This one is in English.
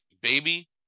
baby